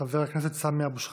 חבר הכנסת סמי אבו שחאדה,